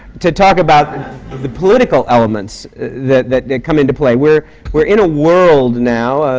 to talk about the political elements that that come into play. we're we're in a world now,